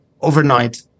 overnight